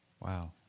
Wow